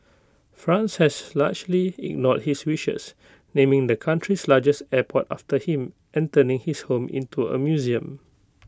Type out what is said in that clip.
France has largely ignored his wishes naming the country's largest airport after him and turning his home into A museum